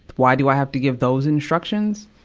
why do i have to give those instructions?